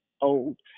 old